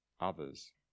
others